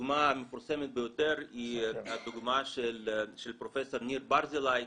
הדוגמה המפורסמת ביותר היא הדוגמה של פרופ' ניר ברזילי,